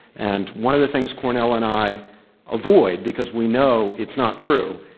and one of the things cornel and i avoid, because we know it's not true,